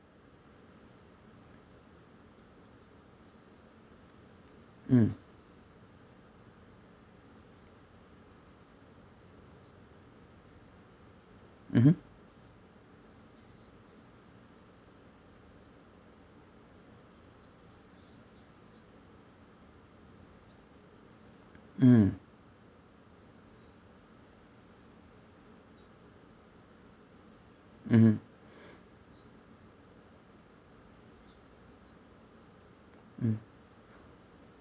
mm mmhmm mm mmhmm mm